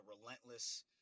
relentless